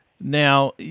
Now